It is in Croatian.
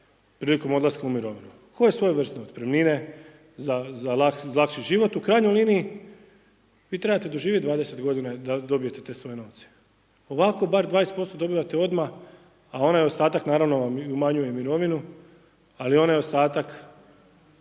prilikom odlaska u mirovinu, kao svojevrsne otpremnine za lakši život. U krajnjoj liniji vi trebate doživjeti 20 godina da dobijete te svoje novce. Ovako bar 20% dobivate odmah, a onaj ostatak naravno vam umanjuje mirovinu, ali onaj ostatak,